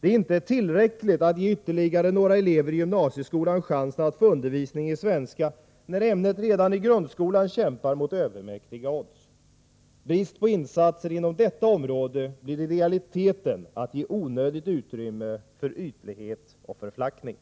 Det är inte tillräckligt att ge ytterligare några elever i gymnasieskolan chansen att få undervisning i svenska, när ämnet redan i grundskolan kämpar emot övermäktiga odds. Brist på insatser inom detta område blir i realiteten att ge onödigt utrymme för ytlighet och förflackning.